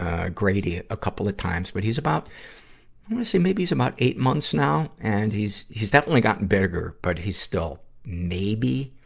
ah, grady, a couple of times. but he's about, i wanna say maybe he's about eight months now. and he's, he's definitely gotten bigger, but he's still maybe